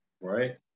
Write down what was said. right